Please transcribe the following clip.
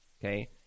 Okay